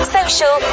social